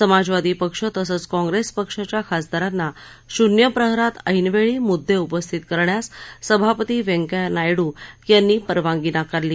समाजवादी पक्ष तसंच काँग्रेस पक्षाच्या खासदारांना शून्य प्रहरात ऐनवेळी मुद्दे उपस्थित करण्यास सभापती व्यंकय्या नायडू यांनी परवानगी नाकारली